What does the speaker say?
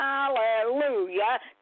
Hallelujah